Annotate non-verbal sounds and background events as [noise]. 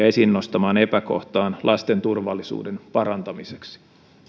[unintelligible] esiin nostamaan epäkohtaan lasten turvallisuuden parantamiseksi